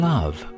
Love